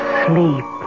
sleep